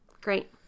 Great